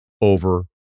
over